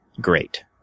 great